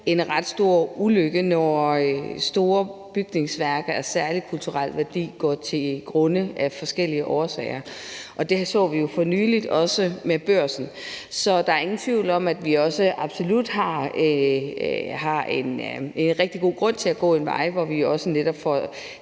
en ret stor ulykke, når store bygningsværker af særlig kulturel værdi går til grunde af forskellige årsager, og det så vi jo også for nylig med Børsen. Så der er ingen tvivl om, at vi absolut også har en rigtig god grund til at gå en vej, hvor vi netop får